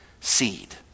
seed